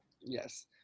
Yes